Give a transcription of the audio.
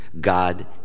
God